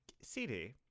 CD